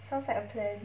sounds like a plan